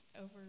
over